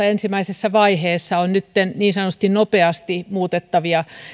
ensimmäisessä vaiheessa on nytten niin sanotusti nopeasti